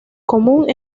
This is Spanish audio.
común